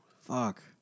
Fuck